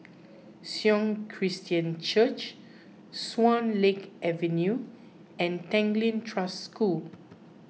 Sion Christian Church Swan Lake Avenue and Tanglin Trust School